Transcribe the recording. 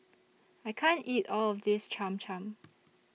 I can't eat All of This Cham Cham